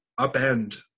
upend